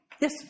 Yes